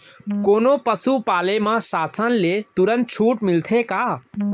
कोनो पसु पाले म शासन ले तुरंत छूट मिलथे का?